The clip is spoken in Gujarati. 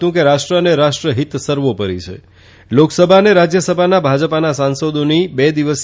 હતું કે રાષ્ટ્ર અને રાષ્ટ્રહિત સર્વોપરી છેલોકસભા અને રાશ્ચસભાના ભાજપાના સાંસદોની બે દિવસીય